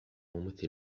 ممثل